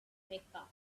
mecca